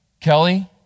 Kelly